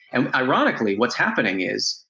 and ironically, what's happening is,